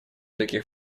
таких